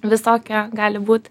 visokia gali būt